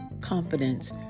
confidence